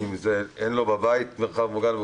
זה אם אין לו מרחב מוגן בתוך הבית